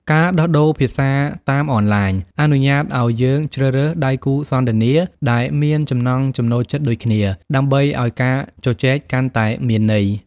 ការដោះដូរភាសាតាមអនឡាញអនុញ្ញាតឱ្យយើងជ្រើសរើសដៃគូសន្ទនាដែលមានចំណង់ចំណូលចិត្តដូចគ្នា ដើម្បីឱ្យការជជែកកាន់តែមានន័យ។